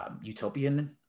utopian